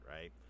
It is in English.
right